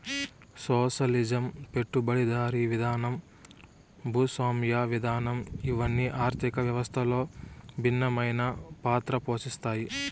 socialism పెట్టుబడిదారీ విధానం భూస్వామ్య విధానం ఇవన్ని ఆర్థిక వ్యవస్థలో భిన్నమైన పాత్ర పోషిత్తాయి